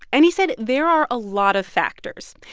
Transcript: and he said there are a lot of factors.